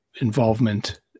involvement